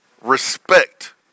respect